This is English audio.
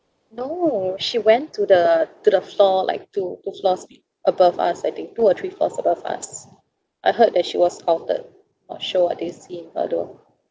no she went to the to the floor like two two floors above us I think two or three floors above us I heard that she was outed or show a big scene I don't know